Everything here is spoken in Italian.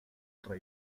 tra